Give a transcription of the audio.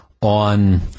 on